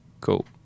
Cool